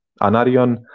Anarion